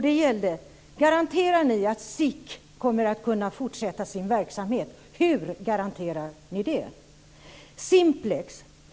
Det gällde: Garanterar ni att SIQ kommer att kunna fortsätta sin verksamhet? Hur garanterar ni det?